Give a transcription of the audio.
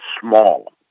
small